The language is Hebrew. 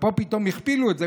ופה פתאום הכפילו את זה.